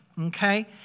okay